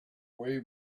way